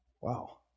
Wow